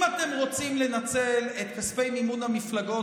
אם אתם רוצים לנצל את כספי מימון המפלגות